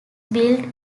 built